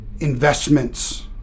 investments